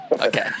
Okay